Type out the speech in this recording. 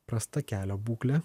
prasta kelio būklė